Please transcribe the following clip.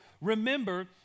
Remember